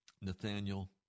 Nathaniel